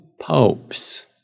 Popes